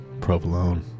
provolone